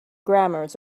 grammars